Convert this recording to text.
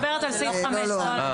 לא, לא.